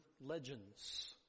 legends